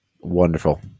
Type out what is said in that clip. Wonderful